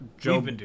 Joe